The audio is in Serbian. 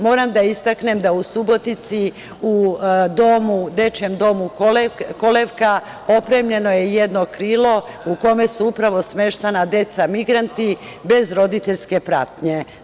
Moram da istaknem da u Subotici u dečijem Domu „Kolevka“, opremljeno je jedno krilo u kome su smeštena deca migranti, bez roditeljske pratnje.